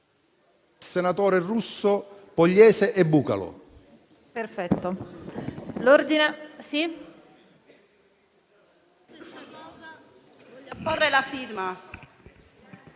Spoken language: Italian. senatori Russo, Pogliese, Bucalo,